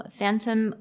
Phantom